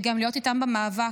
וגם להיות איתם במאבק,